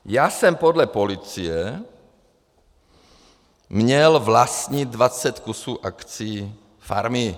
Já jsem podle policie měl vlastnit dvacet kusů akcií farmy.